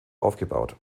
aufgebaut